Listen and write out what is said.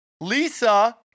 Lisa